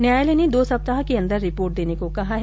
न्यायालय ने दो सप्ताह के अंदर रिपोर्ट देने को कहा है